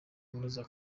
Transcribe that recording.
bunoze